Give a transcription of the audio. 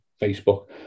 Facebook